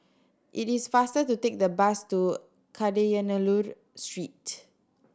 it is faster to take the bus to Kadayanallur Street